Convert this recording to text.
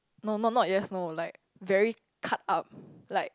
no not not yes no like very cut up like